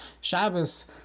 Shabbos